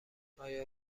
آیا